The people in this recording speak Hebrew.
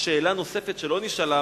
שאלה נוספת שלא נשאלה,